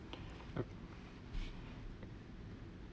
ah